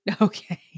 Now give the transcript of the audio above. okay